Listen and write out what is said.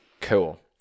cool